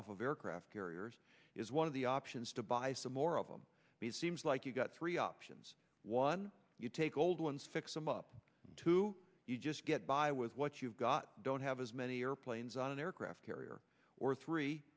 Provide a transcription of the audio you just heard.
off of aircraft carriers is one of the options to buy some more of them may seems like you've got three options one you take old ones fix them up to you just get by with what you've got don't have as many airplanes on an aircraft carrier or three